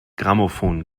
grammophon